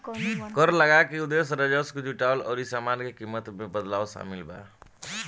कर लगावे के उदेश्य राजस्व के जुटावल अउरी सामान के कीमत में बदलाव शामिल बा